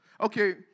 Okay